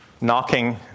knocking